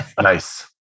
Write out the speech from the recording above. Nice